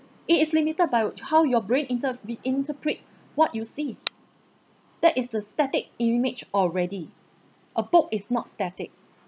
it is limited by how your brain inter~ interprets what you see that is the static image already a book is not static